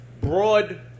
broad